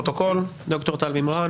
ד"ר טל מימרן,